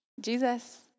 Jesus